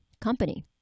company